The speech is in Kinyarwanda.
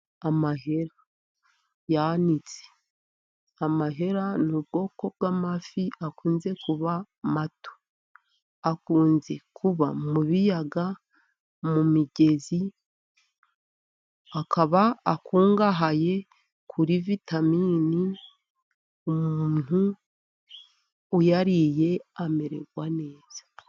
Amahera yanitse amahera ni ubwoko bw'amafi akunze kuba mato, akunze kuba mu biyaga, mu migezi akaba akungahaye kuri vitaminini umuntu uyariye amererwa neza.